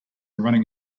running